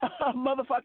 motherfucker